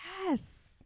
Yes